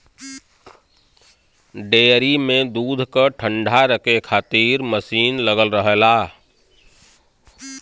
dairy में दूध क ठण्डा रखे खातिर मसीन लगल रहला